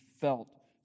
felt